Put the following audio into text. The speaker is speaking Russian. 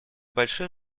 большое